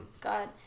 God